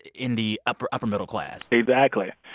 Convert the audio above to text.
in the upper-upper middle class exactly.